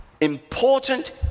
Important